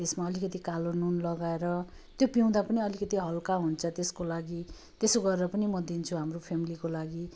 त्यसमा अलिकति कालो नुन लगाएर त्यो पिउँदा पनि अलिकति हलका हुन्छ त्यसको लागि त्यसो गरेर पनि म दिन्छु हाम्रो फेमिलीको लागि